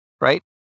Right